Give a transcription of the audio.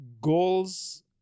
goals